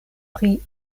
pri